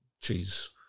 cheese